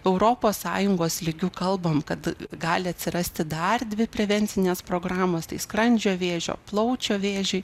europos sąjungos lygiu kalbam kad gali atsirasti dar dvi prevencinės programos tai skrandžio vėžio plaučių vėžiui